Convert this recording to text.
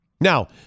Now